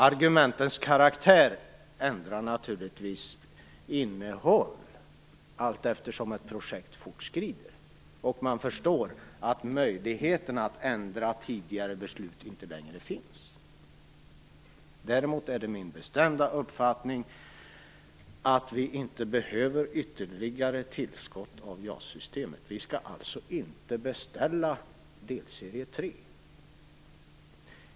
Argumenten ändrar naturligtvis karaktär allteftersom ett projekt fortskrider och man förstår att möjligheterna att ändra tidigare beslut inte längre finns. Däremot är det min bestämda uppfattning att vi inte behöver ytterligare tillskott till JAS-systemet.